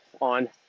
on